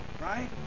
Right